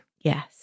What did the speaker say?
yes